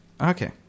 Okay